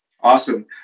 Awesome